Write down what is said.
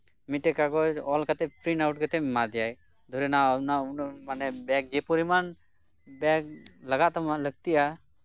ᱢᱤᱫᱴᱮᱡ ᱠᱟᱜᱚᱡᱽ ᱚᱞ ᱠᱟᱛᱮ ᱯᱨᱤᱱᱴᱟᱣᱩᱴ ᱠᱟᱛᱮᱢ ᱮᱢᱟ ᱫᱮᱭᱟᱢ ᱫᱷᱚᱨᱮ ᱱᱟᱣ ᱚᱱᱟ ᱩᱱᱟᱹᱜ ᱡᱮ ᱯᱚᱨᱤᱢᱟᱱ ᱵᱮᱜᱽ ᱞᱟᱜᱟᱜ ᱛᱟᱢᱟ